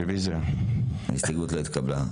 הסתייגות חשובה.